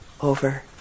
over